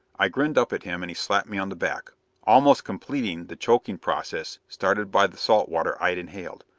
i grinned up at him and he slapped me on the back almost completing the choking process started by the salt water i'd inhaled.